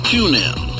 TuneIn